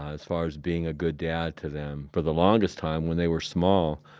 as far as being a good dad to them. for the longest time, when they were small,